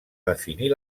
definir